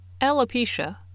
Alopecia